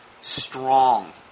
strong